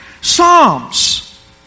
Psalms